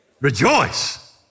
rejoice